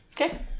Okay